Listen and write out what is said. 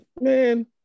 Man